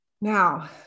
Now